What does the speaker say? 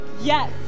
Yes